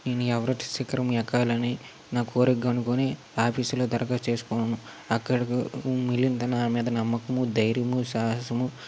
నేను ఎవరెస్ట్ శిఖరం ఎక్కాలని నా కోరికగా అనుకోని ఆఫీస్లో దరఖాస్తు చేసుకున్నాను అక్కడకు నా మీద నమ్మకము ధైర్యము సాహసము